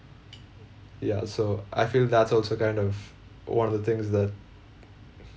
ya so I feel that's also kind of one of the things that